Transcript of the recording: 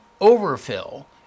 overfill